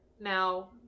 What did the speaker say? now